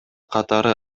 катары